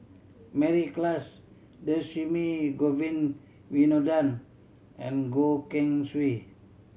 Mary Klass Govin Winodan and Goh Keng Swee